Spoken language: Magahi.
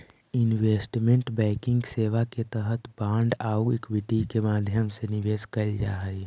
इन्वेस्टमेंट बैंकिंग सेवा के तहत बांड आउ इक्विटी के माध्यम से निवेश कैल जा हइ